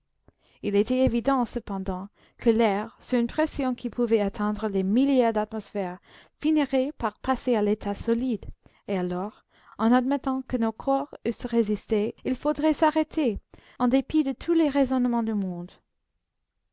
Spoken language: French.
il était évident cependant que l'air sous une pression qui pouvait atteindre des milliers d'atmosphères finirait par passer à l'état solide et alors en admettant que nos corps eussent résisté il faudrait s'arrêter en dépit de tous les raisonnements du monde